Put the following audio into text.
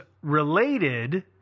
related